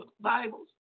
Bibles